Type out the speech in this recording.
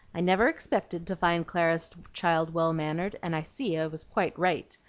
i never expected to find clara's child well mannered, and i see i was quite right.